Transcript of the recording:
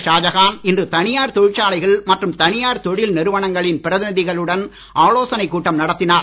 ஷாஜகான் இன்று தனியார் தொழிற்சாலைகள் மற்றும் தனியார் தொழில் நிறுவனங்களின் பிரதிநிதிகளுடன் நடத்தினார்